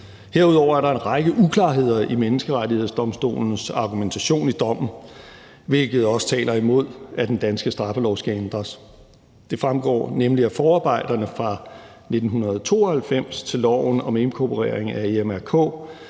Herudover er der en række uklarheder i Menneskerettighedsdomstolens argumentation i dommen, hvilket også taler imod, at den danske straffelov skal ændres. Det fremgår nemlig af forarbejderne fra 1992 til loven om inkorporering af EMRK,